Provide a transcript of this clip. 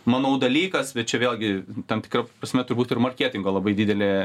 manau dalykas bet čia vėlgi tam tikra prasme turbūt ir marketingo labai didelė